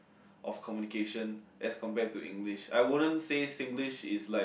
of communication as compared to English I wouldn't say Singlish is like